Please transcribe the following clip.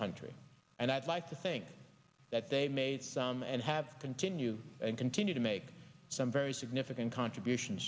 country and i'd like to think that they made some and have continue and continue to make some very significant contribution